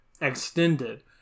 extended